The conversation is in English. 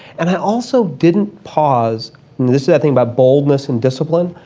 and i also didn't pause, and this is that thing about boldness and discipline,